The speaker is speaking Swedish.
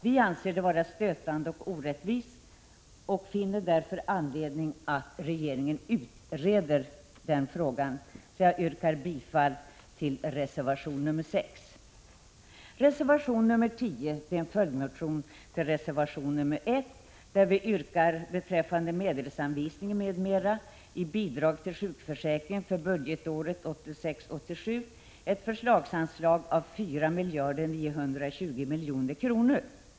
Vi anser detta förhållande vara stötande och orättvist och finner därför att det är anledning för regeringen att utreda frågan. Jag yrkar bifall till reservation nr 6. Reservation nr 10 är en följdreservation till reservation nr 1, och vi yrkar beträffande medelsanvisningen m.m. i bidrag till sjukförsäkringen för budgetåret 1986/87 ett förslagsanslag av 4 920 000 000 kr.